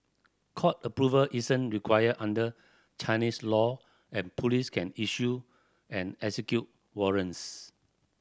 court approval isn't required under Chinese law and police can issue and execute warrants